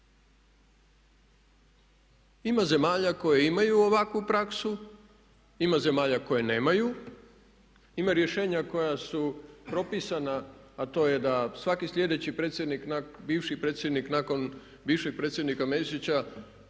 Ima zemalja koje imaju ovakvu praksu, ima zemalja koje nemaju, ima rješenja koja su propisana a to je da svaki sljedeći predsjednik, bivši predsjednik nakon bivšeg predsjednika Mesića